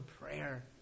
prayer